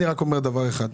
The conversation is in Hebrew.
אני רק אומר דבר אחד.